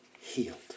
healed